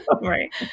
Right